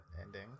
ending